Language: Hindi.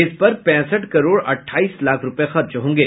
इस पर पैंसठ करोड़ अट्ठाईस लाख रूपये खर्च होंगे